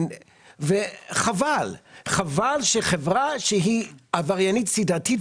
חבל שהחברה שהיא עבריינית סדרתית,